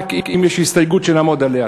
רק אם יש הסתייגות שנעמוד עליה.